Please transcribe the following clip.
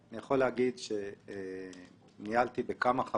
והוא עבר את כל הביקורות